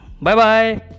Bye-bye